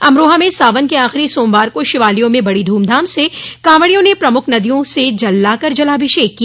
अमरोहा में सावन के आखिरी सोमवार को शिवालयों में बड़ी ध्रमधाम से कांवड़ियों ने प्रमुख नदियों से जल लाकर जलाभिषेक किया